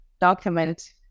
document